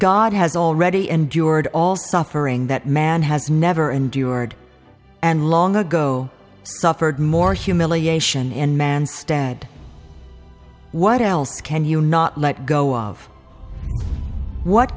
god has already endured all suffering that man has never endured and long ago suffered more humiliation in man's stead what else can you not let go of what